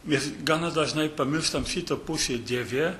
vis gana dažnai pamirštam šitą pusę dieve